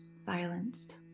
silenced